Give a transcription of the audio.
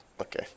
Okay